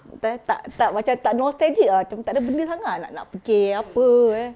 te~ tak tak macam tak nostalgic ah macam tak ada benda sangat lah nak fikir apa eh